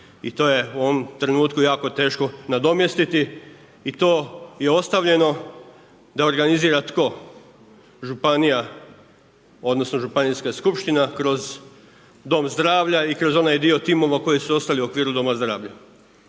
i to je u ovom trenutku jako teško nadomjestiti i to je ostavljeno da organizira tko? Županija odnosno županijska skupština kroz dom zdravlja i kroz onaj dio timova koji su ostali u okviru doma zdravlja.